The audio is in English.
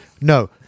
No